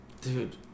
Dude